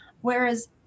Whereas